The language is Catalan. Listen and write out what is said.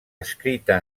escrita